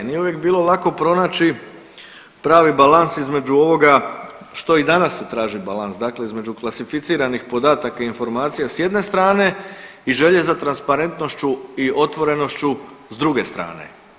Nije uvijek bilo lako pronaći pravi balans između ovoga što i danas se traži balans, dakle između klasificiranih podataka informacija s jedne strane i želje za transparentnošću i otvorenošću s druge strane.